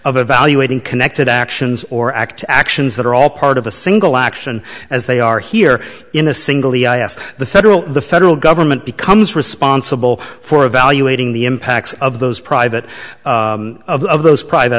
evaluating connected actions or act actions that are all part of a single action as they are here in a single e i ask the federal the federal government becomes responsible for evaluating the impacts of those private of those private